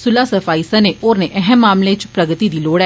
सुलह सफाई सने होरनें अहम मामलें च प्रगति दी लोड़ ऐ